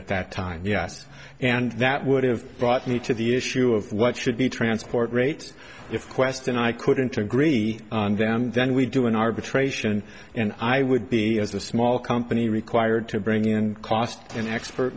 at that time yes and that would have brought me to the issue of what should be transport rates if quest and i couldn't agree on them then we do an arbitration and i would be as the small company required to bring in cost and expert